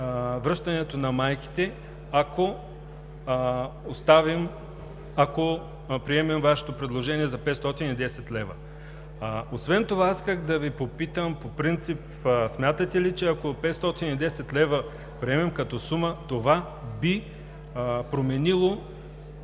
връщането на майките, ако приемем Вашето предложение за 510 лв. Освен това искам да Ви попитам: по принцип смятате ли, че ако приемем 510 лв. като сума, това би променило